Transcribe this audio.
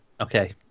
okay